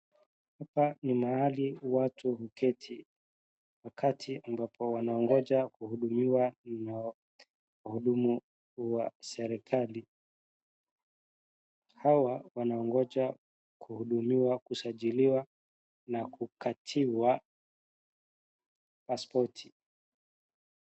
Hapa ni mahali watu huketi wakati ambapo wanaogoja kuhudumiwa na wahudumu wa serikali. Hawa wanaongoja kuhudumiwa, kusajiliwa na kukatiwa pasipoti.